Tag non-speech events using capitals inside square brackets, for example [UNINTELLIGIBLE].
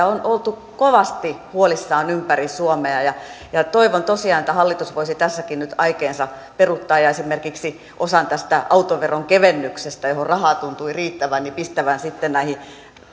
[UNINTELLIGIBLE] on oltu kovasti huolissaan ympäri suomea toivon tosiaan että hallitus voisi tässäkin nyt aikeensa peruuttaa ja esimerkiksi osan tästä autoveron kevennyksestä johon rahaa tuntui riittävän pistävän sitten näihin maakunnissa